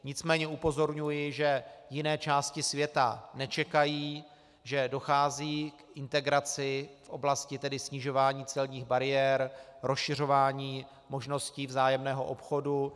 Nicméně upozorňuji, že jiné části světa nečekají, že dochází k integraci v oblasti snižování celních bariér, rozšiřování možností vzájemného obchodu.